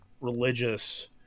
religious